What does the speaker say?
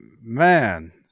Man